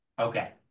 Okay